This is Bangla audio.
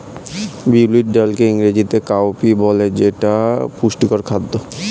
বিউলির ডালকে ইংরেজিতে কাউপি বলে যেটা পুষ্টিকর খাদ্য